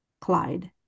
Clyde